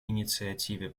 инициативе